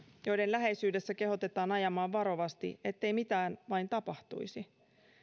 joiden läheisyydessä kehotetaan ajamaan varovasti ettei mitään vain tapahtuisi